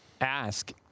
ask